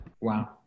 Wow